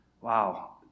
wow